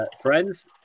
friends